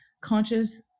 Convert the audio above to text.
conscious